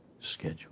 schedule